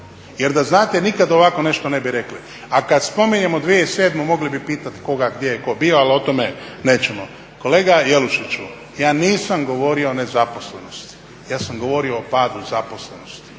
jer da znate nikad ovako nešto ne bi rekli. A kada spominjemo 2007.mogli bi pitati koga gdje i tko bio ali o tome nećemo. Kolega Jelušiću, ja nisam govorio o nezaposlenosti ja sam govorio o padu zaposlenosti,